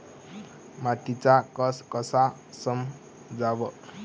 मातीचा कस कसा समजाव?